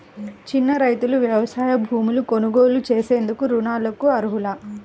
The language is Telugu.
చిన్న రైతులు వ్యవసాయ భూములు కొనుగోలు చేసేందుకు రుణాలకు అర్హులా?